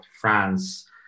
France